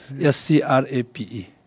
S-C-R-A-P-E